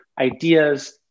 ideas